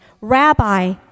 Rabbi